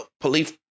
police